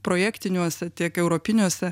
projektiniuose tiek europiniuose